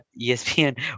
ESPN